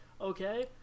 okay